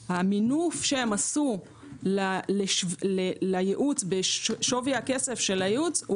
שמבחינתם המינוף שעשו לייעוץ בשווי הכסף של הייעוץ הוא